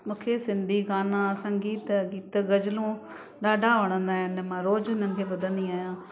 मूंखे सिंधी गाना संगीत गीत ग़ज़लूं ॾाढा वणंदा आहिनि मां रोज़ु हुननि खे ॿुधंदी आहियां